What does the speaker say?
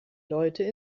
leute